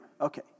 Okay